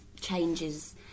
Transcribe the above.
changes